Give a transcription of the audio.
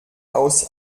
aus